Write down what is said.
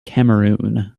cameroon